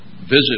visit